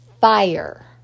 fire